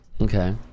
Okay